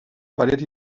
paret